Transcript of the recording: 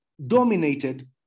dominated